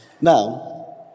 Now